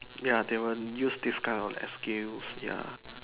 ya they will use this kind of excuse ya